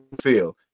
feel